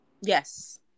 Yes